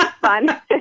fun